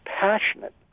passionate